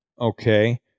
Okay